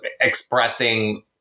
expressing